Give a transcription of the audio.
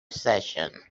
session